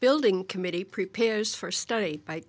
building committee prepares for study by